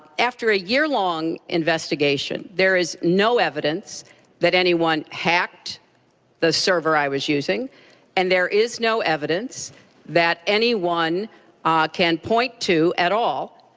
after a year long investigation, there is no evidence that anyone hacked the server i was using and there is no evidence that anyone can point to at all,